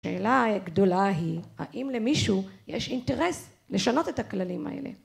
שאלה גדולה היא האם למישהו יש אינטרס לשנות את הכללים האלה